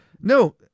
no